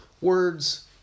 words